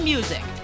Music